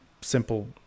simple